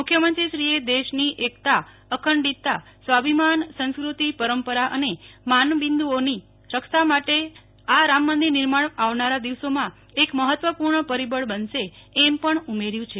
મુખ્યમંત્રીશ્રીએ દેશની એકતા અખંડિતતા સ્વાભિમાન સંસ્કૃતિ પરંપરા અને માનબિંદ્વઓની રક્ષા માટે આ રામમંદિર નિર્માણ આવનારા દિવસોમાં એક મહત્વપુર્ણ પરિબળ બનશે એમ પણ ઉમેર્યું છે